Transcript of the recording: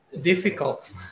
Difficult